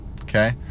Okay